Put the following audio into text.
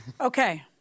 Okay